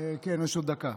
יש לי עוד דקה.